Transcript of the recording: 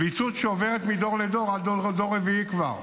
פליטות שעוברת מדור לדור, עד דור רביעי כבר.